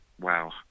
wow